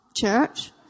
church